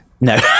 No